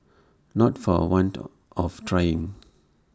not for A want of trying